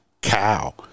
cow